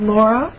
Laura